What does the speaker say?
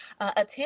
attend